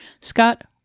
Scott